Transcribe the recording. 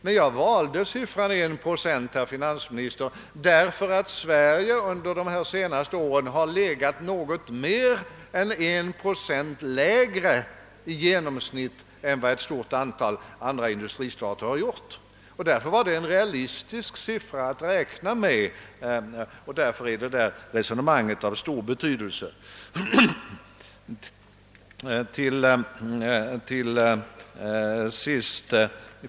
Jag valde emellertid siffran en procent därför att Sverige under de senaste åren i genomsnitt har legat något mer än en procent lägre än vad ett stort antal andra industristater har gjort. Därför var det en realistisk siffra att räkna med och resonemanget är således av stor betydelse.